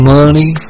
money